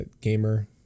gamer